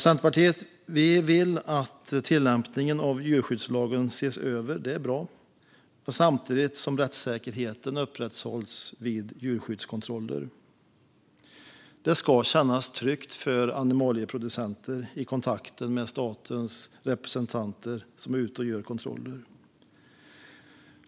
Centerpartiet vill att tillämpningen av djurskyddslagen ses över - det är bra - samtidigt som rättssäkerheten upprätthålls vid djurskyddskontroller. Det ska kännas tryggt för animalieproducenter i kontakten med statens representanter när dessa gör kontroller.